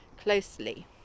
closely